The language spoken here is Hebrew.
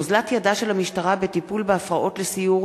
אוזלת ידה של המשטרה בטיפול בהפרעות לסיור